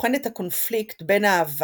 בוחן את הקונפליקט בין אהבה